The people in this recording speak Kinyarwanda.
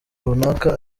runaka